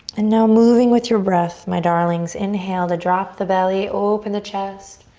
now moving with your breath, my darlings, inhale to drop the belly. open the chest.